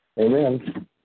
Amen